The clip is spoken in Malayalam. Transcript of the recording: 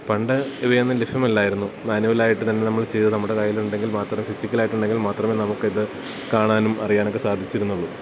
പണ്ട് ഇവയൊന്നും ലഭ്യമല്ലായിരുന്നു മാനുവലായിട്ടുതന്നെ നമ്മള് ചെയ്തു നമ്മുടെ കയ്യിലുണ്ടെിൽ മാത്രം ഫിസിക്കലായിട്ടുണ്ടെങ്കിൽ മാത്രമേ നമുക്കിത് കാണാനും അറിയാനൊക്കെ സാധിച്ചിരുന്നുള്ളു